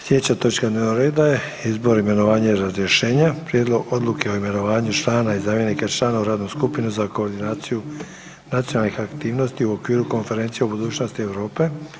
Sljedeća točka dnevnoga reda je: - Izbor, imenovanja i razrješenja Prijedlog odluke o imenovanju člana i zamjenika člana u Radnu skupinu za koordinaciju nacionalnih aktivnosti u okviru Konferencije o budućnosti Europe.